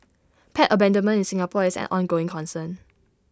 pet abandonment in Singapore is an ongoing concern